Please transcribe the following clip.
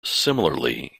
similarly